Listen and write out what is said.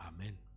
Amen